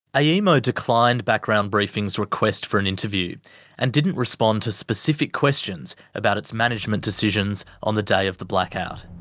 yeah aemo declined background briefing's request for an interview and did respond to specific questions about its management decisions on the day of the blackout.